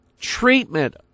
treatment